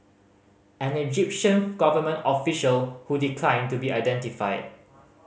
an Egyptian government official who declined to be identified